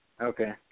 Okay